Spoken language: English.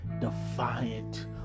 defiant